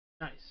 Nice